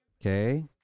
okay